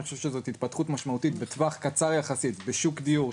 אני חושב שזו התפתחות משמעותית בטווח קצר יחסית בשוק דיור,